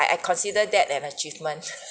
I I consider that an achievement